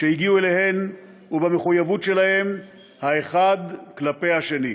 שהגיעו אליהן ובמחויבות שלהם האחד כלפי השני.